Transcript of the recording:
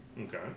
Okay